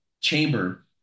chamber